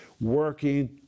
working